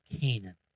Canaan